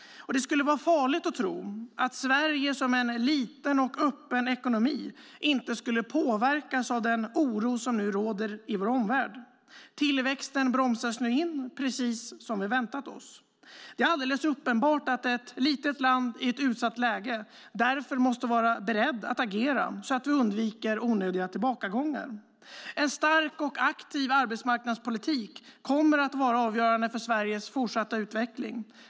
Det skulle vara farligt att tro att Sverige som en liten och öppen ekonomi inte skulle påverkas av den oro som nu råder i vår omvärld. Tillväxten bromsas nu in, precis som vi har väntat oss. Det är alldeles uppenbart att ett litet land i ett utsatt läge därför måste vara berett att agera så att vi undviker onödiga tillbakagångar. En stark och aktiv arbetsmarknadspolitik kommer att vara avgörande för Sveriges fortsatta utveckling.